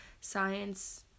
science